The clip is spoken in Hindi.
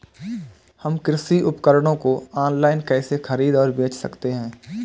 हम कृषि उपकरणों को ऑनलाइन कैसे खरीद और बेच सकते हैं?